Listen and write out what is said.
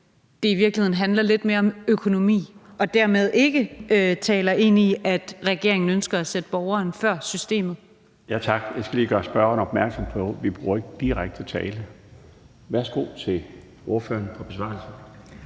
det i virkeligheden handler lidt mere om økonomi og dermed ikke taler ind i, at regeringen ønsker at sætte borgeren før systemet? Kl. 19:23 Den fg. formand (Bjarne Laustsen): Tak. Jeg skal lige gøre spørgeren opmærksom på, at vi ikke bruger direkte tiltale. Værsgo til ordføreren for en besvarelse.